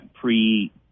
pre